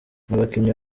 abakinnyi